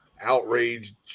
outraged